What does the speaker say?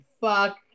fuck